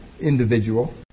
individual